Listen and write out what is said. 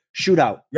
shootout